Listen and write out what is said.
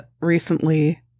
recently